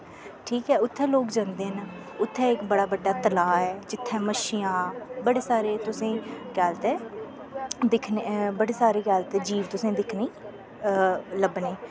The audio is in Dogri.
ठीक ऐ उत्थें लोक जंदे न उत्थें इक बड़ा बड्डा तलाऽ ऐ जित्थे मच्छियां बड़े सारे तुसें के आखदे दिक्खने बड़े सारे गल्ल ते जीव तुसें दिक्खनें लब्भने